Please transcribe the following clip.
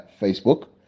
facebook